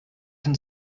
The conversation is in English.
can